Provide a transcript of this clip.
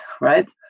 right